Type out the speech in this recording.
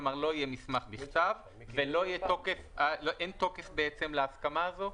כלומר, לא יהיה מסמך בכתב ואין תוקף להסכמה הזו?